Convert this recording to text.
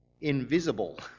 invisible